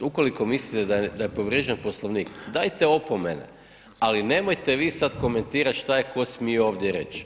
Ukoliko mislite da je povrijeđen Poslovnik dajte opomene ali nemojte vi sad komentirati šta je tko smio ovdje reći.